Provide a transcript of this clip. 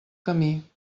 camí